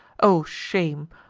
o shame,